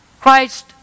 Christ